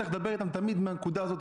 צריך תמיד לדבר אתם מהנקודה הזאת,